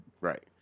Right